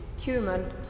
human